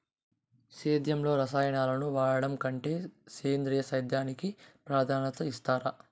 సేద్యంలో రసాయనాలను వాడడం కంటే సేంద్రియ సేద్యానికి ప్రాధాన్యత ఇస్తారు